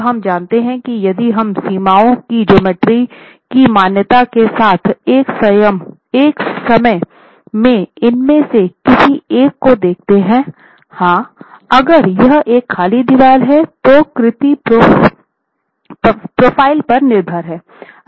अब हम जानते हैं कि यदि हम सीमाओं की ज्योमेट्री की मान्यताओं के साथ एक समय में इनमें से किसी एक देखते हैं हाँ अगर यह एक खाली दीवार है जो कृति प्रोफ़ाइल पर निर्भर है